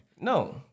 No